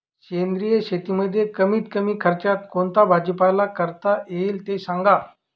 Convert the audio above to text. सेंद्रिय शेतीमध्ये कमीत कमी खर्चात कोणता भाजीपाला करता येईल ते सांगा